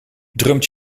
drumt